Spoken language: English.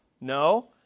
No